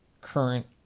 current